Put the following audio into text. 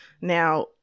Now